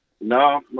No